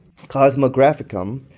Cosmographicum